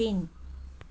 तिन